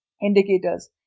indicators